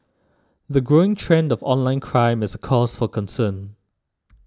the growing trend of online crime is a cause for concern